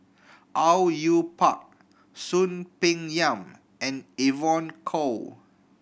Au Yue Pak Soon Peng Yam and Evon Kow